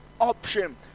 option